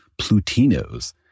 Plutinos